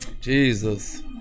Jesus